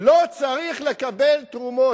לא צריך לקבל תרומות.